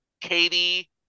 Katie